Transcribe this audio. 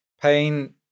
pain